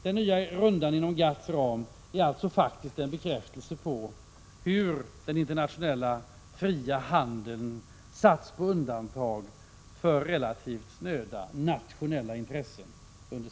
Den nya rundan inom GATT:s ram är alltså en faktisk bekräftelse på hur den internationella fria handeln under senare år har satts på undantag till förmån för relativt snöda nationella intressen.